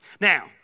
Now